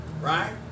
Right